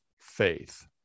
faith